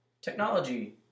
Technology